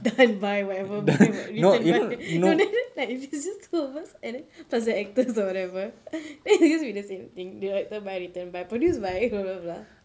done by whatever written by no then like it's just two of us and then plus the actors or whatever then it will just be the same thing directed by written by produced by blah blah blah